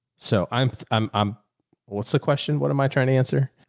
so i'm i'm i'm what's the question? what am i trying to answer?